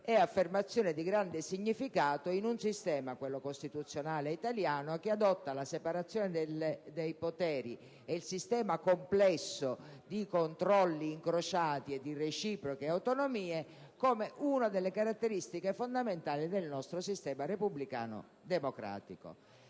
un'affermazione di grande significato in un sistema - quello costituzionale italiano - che adotta la separazione dei poteri e il sistema complesso di controlli incrociati e di reciproche autonomie come una delle caratteristiche fondamentali dell'ordinamento repubblicano democratico.